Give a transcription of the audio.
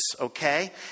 Okay